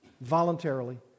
voluntarily